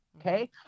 Okay